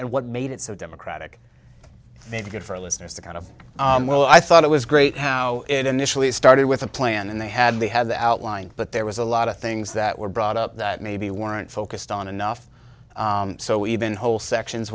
and what made it so democratic very good for listeners the kind of well i thought it was great how it initially started with a plan and they had they had the outline but there was a lot of things that were brought up that maybe weren't focused on enough so even whole sections